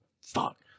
fuck